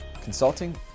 consulting